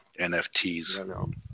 NFTs